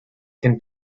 can